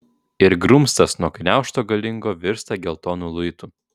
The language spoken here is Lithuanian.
ir grumstas nuo gniaužto galingo virsta geltonu luitu